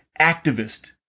activist